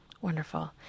Wonderful